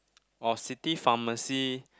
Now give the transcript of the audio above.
oh city pharmacy